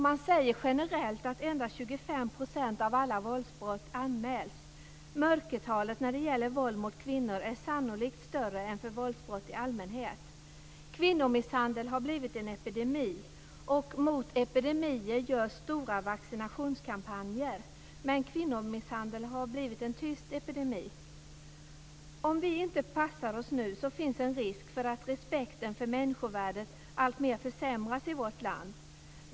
Man säger generellt att endast 25 % av alla våldsbrott anmäls. Mörkertalet när det gäller våld mot kvinnor är sannolikt större än för våldsbrott i allmänhet. Kvinnomisshandel har blivit en epidemi. Mot epidemier gör stora vaccinationskampanjer nytta. Men kvinnomisshandel har blivit en tyst epidemi. Om vi inte passar oss nu finns en risk för att respekten för människovärdet alltmer försämras i vårt land.